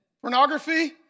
pornography